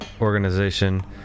organization